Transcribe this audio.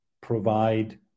provide